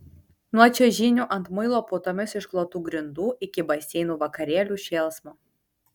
nuo čiuožynių ant muilo putomis išklotų grindų iki baseinų vakarėlių šėlsmo